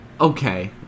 Okay